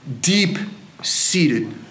deep-seated